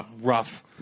rough